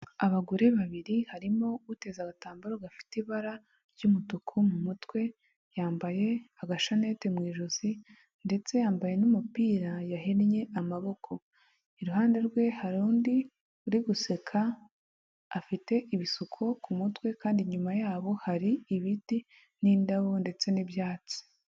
Abagore babiri harimo uteza agatambaro gafite ibara ry'umutuku mu mutwe yambaye agashanete mu ijosi ndetse yambaye n'umupira yahenye amaboko iruhande rwe hari undi uri guseka afite ibisuko ku mutwe kandi inyuma yabo hari ibiti n'indabo ndetse n'ibyatsi.